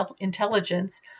intelligence